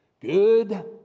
good